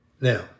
Now